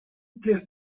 plays